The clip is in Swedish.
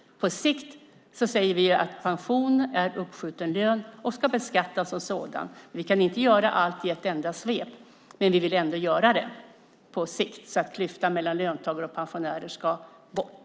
Vi säger att pension är uppskjuten lön och ska beskattas som sådan. Vi kan inte göra allt i ett enda svep, men vi vill göra det på sikt. Klyftan mellan löntagare och pensionärer ska bort.